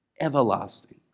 Everlasting